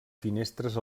finestres